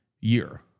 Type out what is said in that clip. year